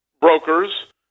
brokers